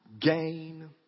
gain